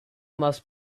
must